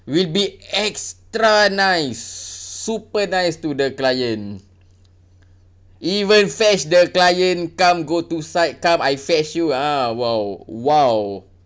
will be extra nice super nice to the client even fetch the client come go to site come I fetch you ah !wow! !wow!